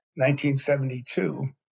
1972